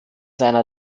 seiner